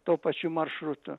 tuo pačiu maršrutu